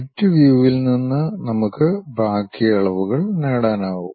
മറ്റ് വ്യൂ വിൽ നിന്ന് നമുക്ക് ബാക്കി അളവുകൾ നേടാനാകും